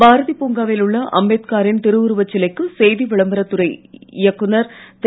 பாரதி பூங்காவில் உள்ள அம்பேத்காரின் திருவுருவச் சிலைக்கு செய்தி விளம்பரத் துறை இயக்குநர் திரு